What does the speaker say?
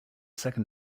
second